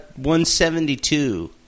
172